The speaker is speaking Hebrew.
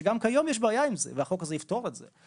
שגם כיום יש בעיה עם זה והחוק הזה יפתור את זה.